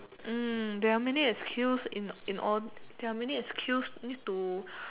there are many excuse in in all there are many excuse need to